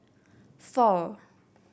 four